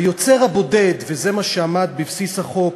היוצר הבודד, וזה מה שעמד בבסיס החוק,